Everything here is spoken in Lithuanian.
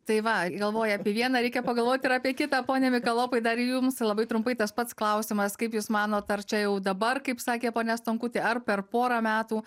tai va galvoji apie vieną reikia pagalvoti ir apie kitą pone mikalopai dar ir jums labai trumpai tas pats klausimas kaip jūs manot ar čia jau dabar kaip sakė ponia stonkutė ar per porą metų